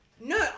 No